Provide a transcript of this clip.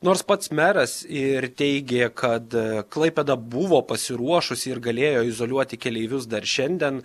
nors pats meras ir teigė kad klaipėda buvo pasiruošusi ir galėjo izoliuoti keleivius dar šiandien